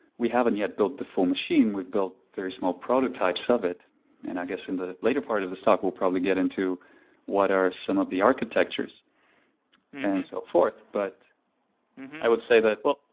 we haven't yet built the full machine, we've built very small prototypes of it and i guess in the later part of this talk we'll probably get into what are some of the architectures and so forth. but i would say that yeah,